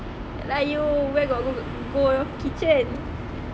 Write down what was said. ya lah you where got go kitchen